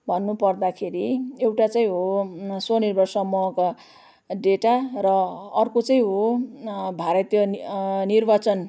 भन्नुपर्दाखेरि एउटा चाहिँ हो स्वनिर्भर समूहका डेटा र अर्को चाहिँ हो भारतीय निर्वाचन